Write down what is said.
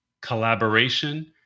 collaboration